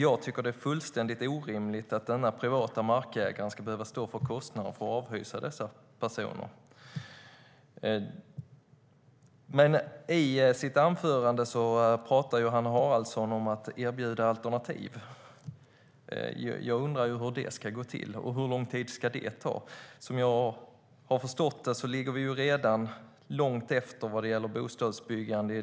Jag tycker att det är fullständigt orimligt att den privata markägaren ska behöva stå för kostnaden för att avhysa dessa personer.I sitt anförande talade Johanna Haraldsson om att erbjuda alternativ. Jag undrar hur det ska gå till och hur lång tid det ska ta. Som jag har förstått ligger de flesta kommuner redan långt efter vad gäller bostadsbyggande.